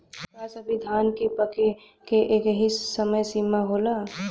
का सभी धान के पके के एकही समय सीमा होला?